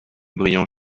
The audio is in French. brillant